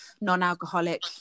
non-alcoholic